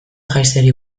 jaisteari